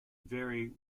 vary